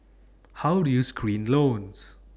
how do you screen loans